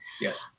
Yes